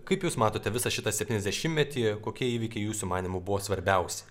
kaip jūs matote visą šitą septyniasdešimtmetį kokie įvykiai jūsų manymu buvo svarbiausi